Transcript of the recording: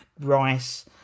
rice